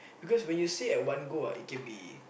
because when you say at one go ah it can be